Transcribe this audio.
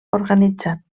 organitzat